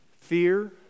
fear